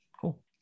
cool